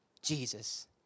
Jesus